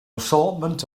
assortment